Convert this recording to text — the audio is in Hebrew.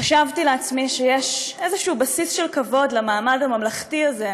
חשבתי לעצמי שיש איזשהו בסיס של כבוד למעמד הממלכתי הזה,